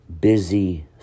busy